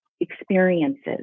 experiences